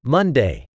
Monday